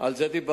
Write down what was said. על זה דיברנו.